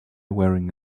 wearing